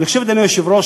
אדוני היושב-ראש,